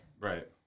Right